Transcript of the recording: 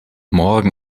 morgen